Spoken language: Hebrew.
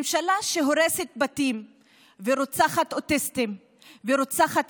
ממשלה שהורסת בתים ורוצחת אוטיסטים ורוצחת